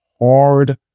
hard